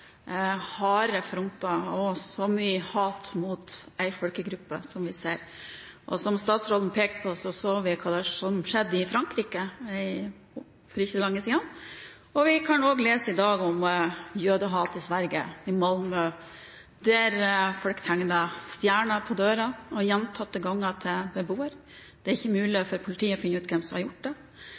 harde fronter og så mye hat mot en folkegruppe som vi ser. Som statsråden pekte på, så vi hva som skjedde i Frankrike for ikke så lenge siden. Og i dag kan vi lese om jødehat i Sverige, i Malmø, der folk gjentatte ganger tegnet stjerne på døren til en beboer. Det er ikke mulig for politiet å finne ut hvem som har gjort det.